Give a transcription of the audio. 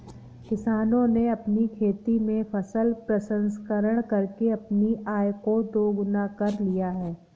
किसानों ने अपनी खेती में फसल प्रसंस्करण करके अपनी आय को दुगना कर लिया है